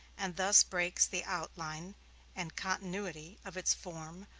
and thus breaks the outline and continuity of its form,